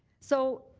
so,